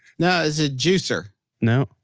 no. it's a juicer no.